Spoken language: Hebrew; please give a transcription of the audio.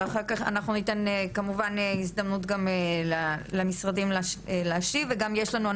אחר כך אנחנו ניתן כמובן הזדמנות להשיב וגם יש לנו,